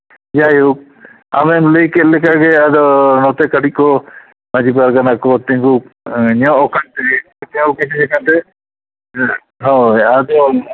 ᱡᱟᱭᱦᱳᱠ ᱟᱢᱮᱢ ᱞᱟᱹᱭ ᱠᱮᱫ ᱞᱮᱠᱟᱜᱮ ᱟᱫᱚ ᱱᱚᱛᱮ ᱠᱟᱹᱴᱤᱡ ᱠᱚ ᱢᱟᱹᱡᱷᱤ ᱯᱟᱨᱜᱟᱱᱟ ᱠᱚ ᱛᱤᱸᱜᱩ ᱧᱚᱜ ᱟᱠᱟᱱᱛᱮ ᱡᱟᱣᱜᱮ ᱤᱭᱟᱹ ᱠᱟᱛᱮ ᱦᱮ ᱦᱳᱭ ᱟᱫᱚ